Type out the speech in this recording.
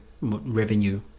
revenue